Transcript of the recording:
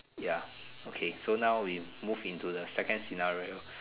ya okay so now we move into the second scenario